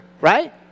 right